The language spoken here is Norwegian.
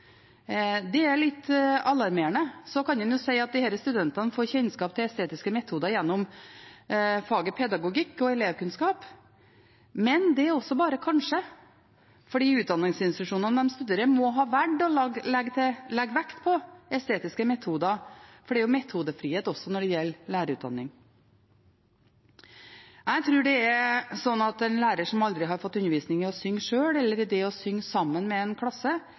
Det er litt alarmerende. Så kan en si at disse studentene får kjennskap til estetiske metoder gjennom faget pedagogikk og elevkunnskap, men det er også bare kanskje, fordi utdanningsinstitusjonene der de studerer, må ha valgt å legge vekt på estetiske metoder, for det er metodefrihet også når det gjelder lærerutdanning. Jeg tror at en lærer som aldri har fått undervisning i å synge selv eller å synge sammen med en klasse,